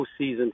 postseason